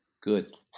Good